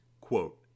Quote